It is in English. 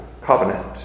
covenant